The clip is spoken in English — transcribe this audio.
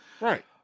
Right